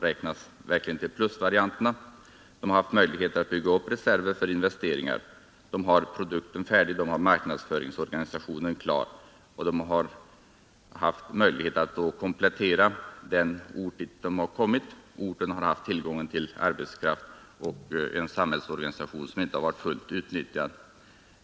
De har haft möjlighet att bygga upp reserver för investeringar, de har produkten färdig, de har marknadsorganisationen klar och de har haft möjlighet att komplettera sysselsättningen i de orter de kommit till. Orterna har haft tillgång till arbetskraft och en samhällsorganisation som inte varit fullt utnyttjad.